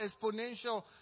exponential